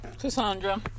Cassandra